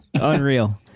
unreal